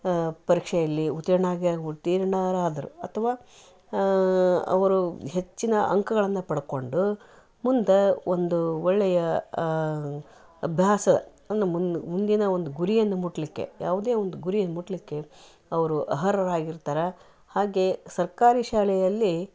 ಆ ಪರೀಕ್ಷೆಯಲ್ಲಿ ಉತ್ತೀರ್ಣ ಆಗಿ ಉತ್ತೀರ್ಣರಾದರು ಅತ್ವಾ ಅವರು ಹೆಚ್ಚಿನ ಅಂಕಗಳನ್ನ ಪಡ್ಕೊಂಡು ಮುಂದೆ ಒಂದು ಒಳ್ಳೆಯ ಭ್ಯಾಸನ ಮುಂದು ಮುಂದಿನ ಒಂದು ಗುರಿಯನ್ನು ಮುಟ್ಟಲಿಕ್ಕೆ ಯಾವುದೇ ಒಂದು ಗುರಿ ಮುಟ್ಟಲಿಕ್ಕೆ ಅವರು ಅರ್ಹರಾಗಿರ್ತಾರ ಹಾಗೆ ಸರ್ಕಾರಿ ಶಾಲೆಯಲ್ಲಿ